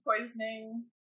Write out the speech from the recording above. poisoning